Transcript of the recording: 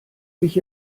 mich